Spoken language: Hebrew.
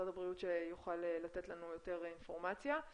הבריאות שיוכל לתת לנו יותר אינפורמציה.